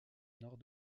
nord